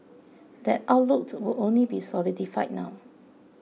that outlook will only be solidified now